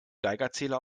geigerzähler